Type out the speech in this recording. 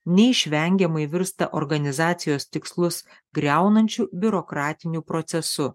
neišvengiamai virsta organizacijos tikslus griaunančiu biurokratiniu procesu